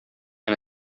and